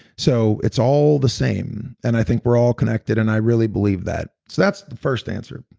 so it's all the same. and i think we're all connected and i really believe that. so that's the first answer.